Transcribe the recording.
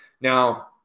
Now